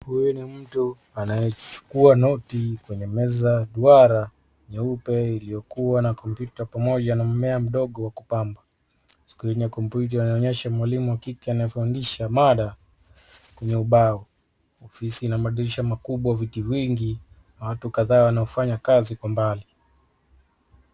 Huyu ni mtu anayechukua noti kwenye meza ya duara nyeupe, iliyokua na kompyuta pamoja na mmea mdogo wa kupamba. Skirini ya kompyuta inaonyesha mwalimu wa kile anayefundisha mada kwenye ubao. Ofisi na madirisha makubwa, viti vingi, na watu kadhaa wanaofanya kazi, kwa mbali.